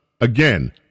Again